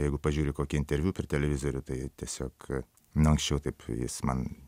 jeigu pažiūri kokį interviu per televizorių tai tiesiog nu anksčiau taip jis man